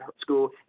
school